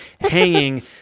hanging